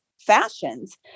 fashions